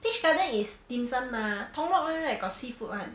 peach garden is dim sum mah tung lok [one] right got seafood one